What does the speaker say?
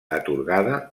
atorgada